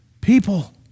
people